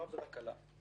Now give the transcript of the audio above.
לא עבירה קלה,